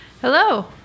Hello